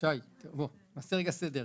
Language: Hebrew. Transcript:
שי, בואו נעשה רגע סדר.